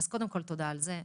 אז קודם כל תודה על זה,